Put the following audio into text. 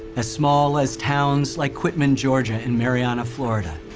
as small as towns like quitman, georgia and marianna, florida.